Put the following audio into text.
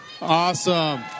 Awesome